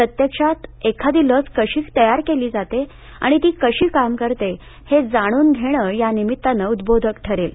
प्रत्यक्षात एखादी लस कशी तयार केली जाते आणि ती कशी काम करते हे जाणून घेणं यानिमित्तानं उद्रोधक ठरेल